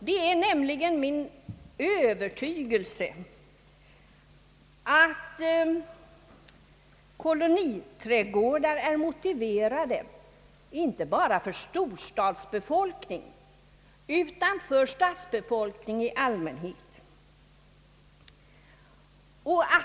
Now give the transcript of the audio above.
Det är enligt min övertygelse motiverat att ha koloniträdgårdar inte bara för storstadsbefolkningen utan för stadsbefolkningen i allmänhet.